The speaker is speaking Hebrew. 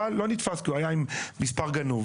אבל הוא לא נתפס כי הוא היה עם מספר גנוב.